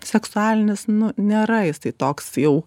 seksualinis nu nėra jisai toks jau